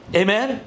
amen